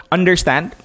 Understand